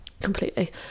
completely